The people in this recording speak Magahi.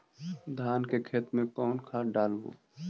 धान के खेत में कौन खाद डालबै?